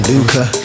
Luca